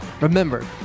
Remember